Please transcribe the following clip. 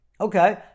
Okay